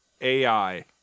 ai